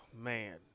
Man